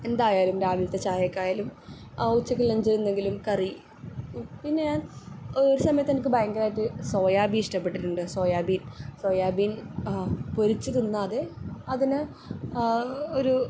എന്തായാലും രാവിൽത്തെ ചായക്കായാലും ഉച്ചക്ക് ലെഞ്ചിനെന്തെങ്കിലും കറി പിന്നേ ഒര് സമയത്തെനക്ക് ഭയങ്കരായിട്ട് സോയാബീന് ഇഷ്ടപ്പെട്ടിട്ട്ണ്ട് സോയാബീൻ സോയാബീൻ പൊരിച്ച് തിന്നാതെ അതിനെ ഒരു